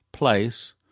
place